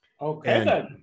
Okay